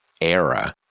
era